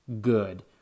good